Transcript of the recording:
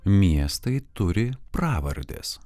miestai turi pravardės